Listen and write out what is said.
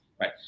right